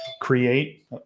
create